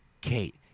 Kate